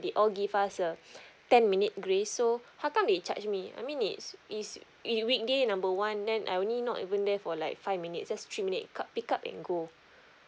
they all give us a ten minute grace so how come they charge me I mean it's is weekday number one then I only not even there for like five minutes just three minute ca~ pick up and go